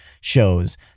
shows